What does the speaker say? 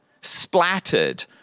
splattered